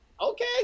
okay